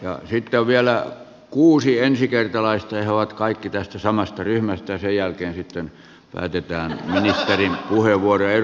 sitten on vielä kuusi ensikertalaista he ovat kaikki tästä samasta ryhmästä ja sen jälkeen sitten päätetään ministerin puheenvuoroon